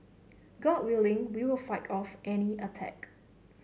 god willing we will fight off any attack